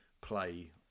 play